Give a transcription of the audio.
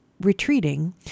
retreating